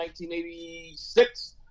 1986